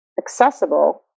accessible